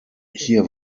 hier